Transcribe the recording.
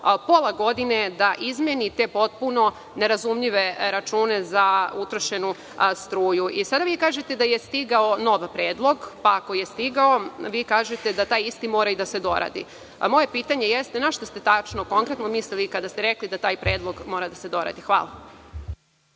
pola godine da izmeni te potpuno nerazumljive račune za utrošenu struju? Sada vi kažete da je stigao nov predlog. Pa, ako je stigao, vi kažete da taj isti mora i da se doradi. Moje pitanje jeste na šta ste tačno konkretno mislili kada ste rekli da taj predlog mora da se doradi? Hvala.